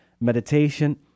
meditation